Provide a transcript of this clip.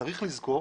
צריך לזכור